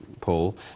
Paul